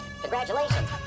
congratulations